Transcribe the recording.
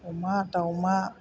अमा दावमा